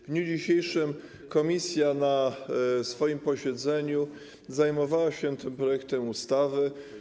W dniu dzisiejszym komisja na swoim posiedzeniu zajmowała się tym projektem ustawy.